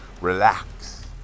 relax